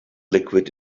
liquid